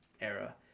era